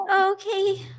Okay